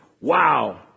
wow